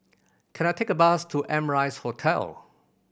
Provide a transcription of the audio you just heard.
can I take a bus to Amrise Hotel